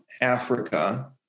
Africa